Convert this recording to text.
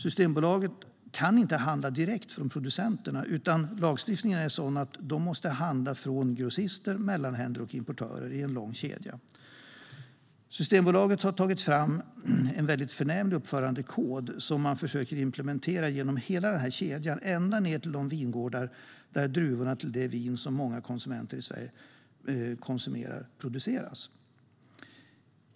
Systembolaget kan inte handla direkt från producenterna, utan enligt lagstiftningen måste Systembolaget handla från grossister, mellanhänder och importörer i en lång kedja. Systembolaget har tagit fram en förnämlig uppförandekod som man försöker implementera genom hela kedjan ända ned till de vingårdar där druvorna till det vin vi konsumerar i Sverige produceras.